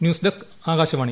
news desk Akashvani